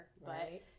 Right